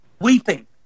weeping